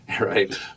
right